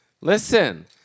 Listen